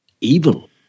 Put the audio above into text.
Evil